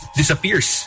disappears